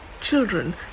children